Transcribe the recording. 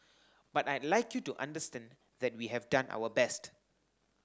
but I'd like you to understand that we have done our best